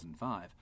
2005